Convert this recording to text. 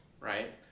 right